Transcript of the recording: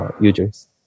users